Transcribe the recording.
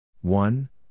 one